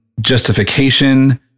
justification